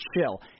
chill